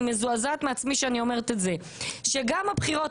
אני מזועזעת מעצמי שאני אומרת את זה שגם הבחירות